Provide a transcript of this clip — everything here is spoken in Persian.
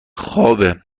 خوابه